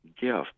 gift